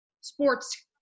Sports